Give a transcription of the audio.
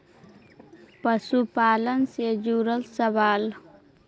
पशुपालन से जुड़ल सवाल?